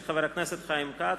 של חבר הכנסת חיים כץ,